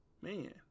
man